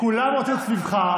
כולם רוצים להיות סביבך.